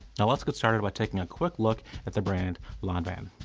now let's get started by taking a quick look at the brand lanvin.